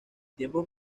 tiempos